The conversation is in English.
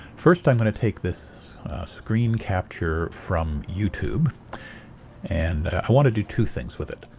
first i'm going to take this screen capture from youtube and i want to do two things with it.